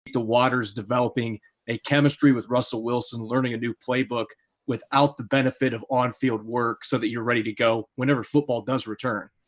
the waters developing a chemistry with russell wilson learning a new play book without the benefit of on-field work so that you're ready to go whenever football does return.